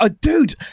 Dude